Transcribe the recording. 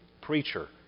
preacher